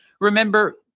Remember